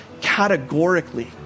categorically